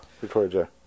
Victoria